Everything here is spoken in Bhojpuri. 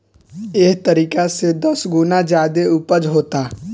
एह तरीका से दस गुना ज्यादे ऊपज होता